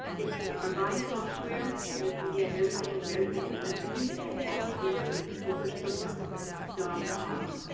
if you are buying software, you can get everything very inexpensively at academicsuperstore dot com